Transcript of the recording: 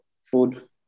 food